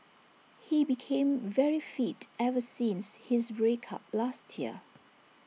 he became very fit ever since his break up last year